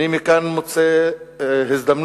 כאן אני מוצא הזדמנות